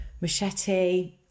machete